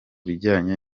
bijyanye